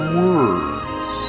words